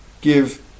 give